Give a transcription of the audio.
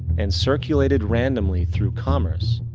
and circulated randomly through commerce,